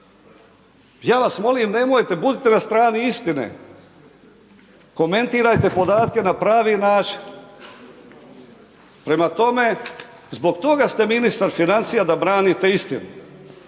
Ja vas molim nemojte, budite na strani istine, komentirajte podatke na pravi način. Prema tome, zbog toga ste ministar financija da branite istinu,